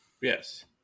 Yes